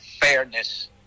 fairness